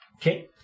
Okay